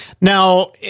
Now